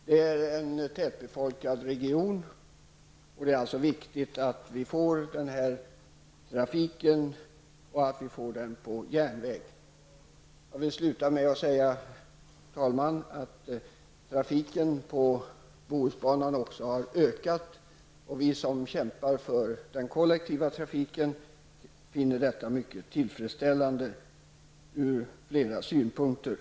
Det gäller en tätbefolkad region, och det är viktigt att vi får den här trafiken på järnväg. Jag vill till sist säga, herr talman, att trafiken på Bohusbanan har ökat och att vi som kämpar för den kollektiva trafiken finner detta vara mycket tillfredsställande ur flera synpunkter.